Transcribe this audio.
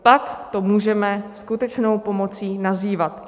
Pak to můžeme skutečnou pomocí nazývat.